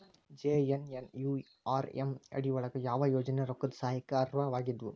JNNURM ಅಡಿ ಯೊಳಗ ಯಾವ ಯೋಜನೆ ರೊಕ್ಕದ್ ಸಹಾಯಕ್ಕ ಅರ್ಹವಾಗಿದ್ವು?